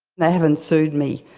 they haven't sued me.